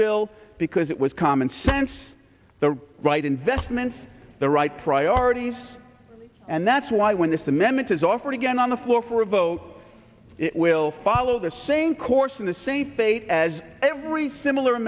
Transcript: bill because it was common sense the right investments the right priorities and that's why when this amendment is offered again on the floor for a vote it will follow the same course in the same fate as every similar a